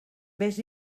vés